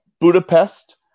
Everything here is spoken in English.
Budapest